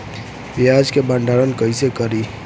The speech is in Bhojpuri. प्याज के भंडारन कईसे करी?